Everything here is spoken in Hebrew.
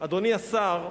אדוני השר?